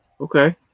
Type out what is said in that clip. okay